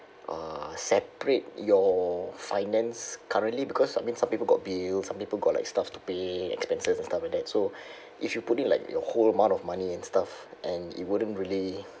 uh separate your finance currently because I mean some people got bills some people got like stuff to pay expenses and stuff like that so if you put in like your whole amount of money and stuff and it wouldn't really